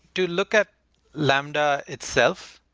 to look at lambda itself,